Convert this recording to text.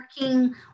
working